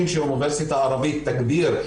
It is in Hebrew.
אני מודה לחברי,